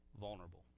vulnerable